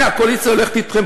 הנה הקואליציה הולכת אתכם,